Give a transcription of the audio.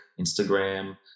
Instagram